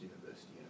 university